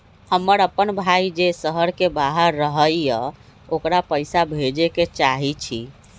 हमर अपन भाई जे शहर के बाहर रहई अ ओकरा पइसा भेजे के चाहई छी